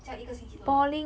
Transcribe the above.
这样一个星期多少